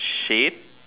shade